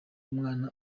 umwana